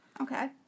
Okay